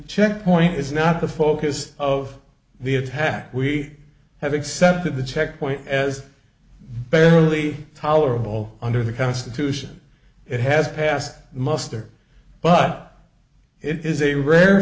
checkpoint is not the focus of the attack we have accepted the checkpoint as barely tolerable under the constitution it has passed muster but it is a rare